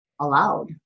allowed